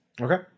Okay